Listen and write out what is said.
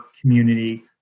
community